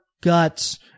guts